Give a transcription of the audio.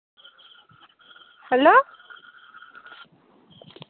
hello